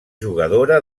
jugadora